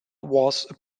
was